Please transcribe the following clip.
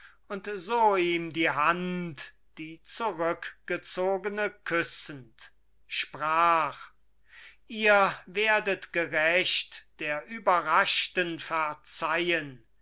so ihm die hand die zurückgezogene küssend sprach ihr werdet gerecht der überraschten verzeihen